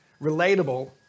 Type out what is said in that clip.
relatable